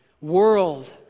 world